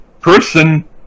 person